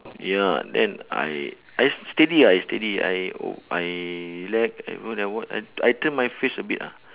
ya then I I just steady ah I steady I oh I relax and what happen I I turn my face a bit ah